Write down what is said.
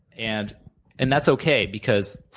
and and that's okay, because